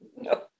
No